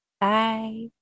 Bye